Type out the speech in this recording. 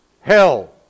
Hell